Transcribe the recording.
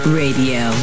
radio